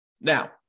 Now